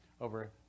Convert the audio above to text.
over